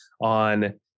on